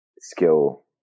skill